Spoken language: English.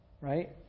Right